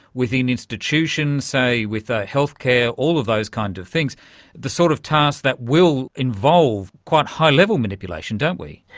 within institutions, say, with ah healthcare, all of those kinds of things the sort of tasks that will involve quite high level manipulation, don't we?